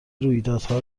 رویدادها